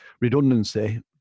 redundancy